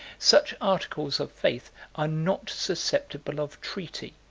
such articles of faith are not susceptible of treaty